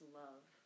love